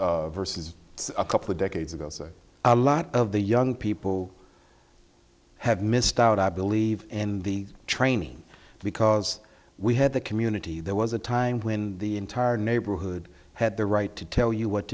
versus versus a couple of decades ago so a lot of the young people have missed out i believe in the training because we had the community there was a time when the entire neighborhood had the right to tell you what